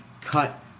cut